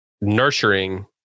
nurturing